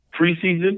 preseason